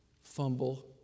fumble